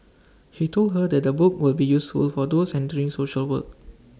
he told her that the book will be useful for those entering social work